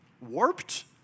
warped